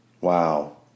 Wow